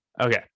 okay